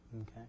Okay